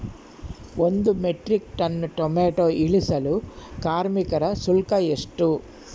ಒಂದು metric tonne tomato ಇಳಿಸಲು ಕಾರ್ಮಿಕರ ಶುಲ್ಕ ಎಷ್ಟು?